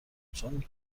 چون